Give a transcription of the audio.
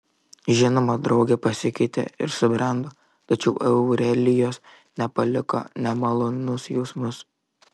žinoma draugė pasikeitė ir subrendo tačiau aurelijos nepaliko nemalonus jausmas